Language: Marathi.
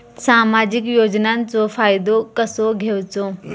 सामाजिक योजनांचो फायदो कसो घेवचो?